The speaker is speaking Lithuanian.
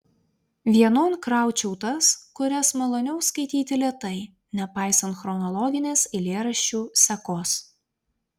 vienon kraučiau tas kurias maloniau skaityti lėtai nepaisant chronologinės eilėraščių sekos